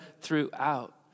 throughout